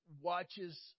watches